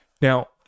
Now